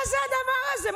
מה זה הדבר הזה?